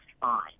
fine